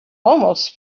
almost